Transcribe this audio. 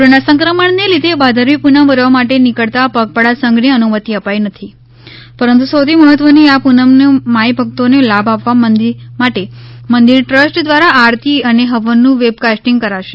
corona સંક્રમણને લીધે ભાદરવી પૂનમ ભરવા માટે નીકળતા પગપાળા સંઘને અનુમતિ અપાઈ નથી પરંતુ સૌથી મહત્વની આ પૂનમ નો માઈ ભક્તોને લાભ આપવા માટે મંદિર ટ્રસ્ટ દ્વારા આરતી અને હવનનું વેબકાસ્ટિંગ કરાશે